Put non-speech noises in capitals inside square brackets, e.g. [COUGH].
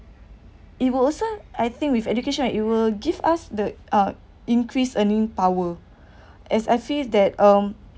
it will also I think with education and it will give us the uh increase earning power [BREATH] as I feel that um